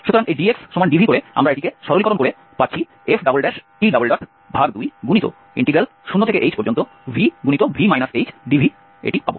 সুতরাং এই dxdv করে আমরা এটিকে সরলীকরণ করে f20hvv hdv পাব